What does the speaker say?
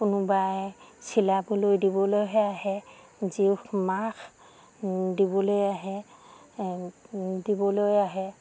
কোনোবাই চিলাবলৈ দিবলৈহে আহে জোখ মাখ দিবলৈ আহে দিবলৈ আহে